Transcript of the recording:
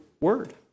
Word